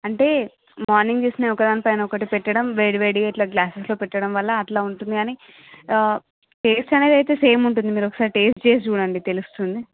అంటే మార్నింగ్ చేసినవి ఒక దానిపైన ఒకటి పెట్టడం వేడి వేడి ఇట్ల గ్లాసెస్లో పెట్టడం వల్ల అట్ల ఉంటుంది కానీ టెస్ట్ అనేదయితే సేమ్ ఉంటుంది మీరొకసారి టెస్ట్ చేసి చూడండి తెలుస్తుంది